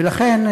ולכן,